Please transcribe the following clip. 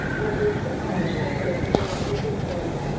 although several detectives were out looking for it.